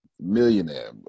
millionaire